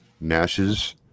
Nash's